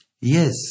Yes